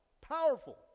Powerful